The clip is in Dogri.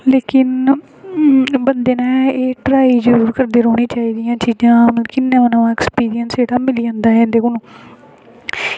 लेकिन बंदे नै एह् ट्राई जरूर करदियां रौह्ना चाही दियां चीज़ां ते ना ना की इन्ना एक्सपीरियंस मिली जंदा ऐ इंदे कोला